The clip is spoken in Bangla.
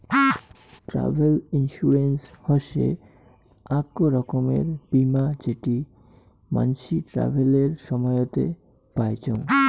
ট্রাভেল ইন্সুরেন্স হসে আক রকমের বীমা যেটি মানসি ট্রাভেলের সময়তে পাইচুঙ